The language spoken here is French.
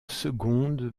seconde